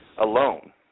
alone